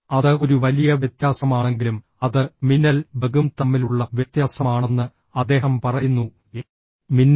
അത് ഒരു വലിയ വ്യത്യാസമാണെങ്കിലും അത് മിന്നൽ ബഗും തമ്മിലുള്ള വ്യത്യാസമാണെന്ന് അദ്ദേഹം പറയുന്നു മിന്നൽ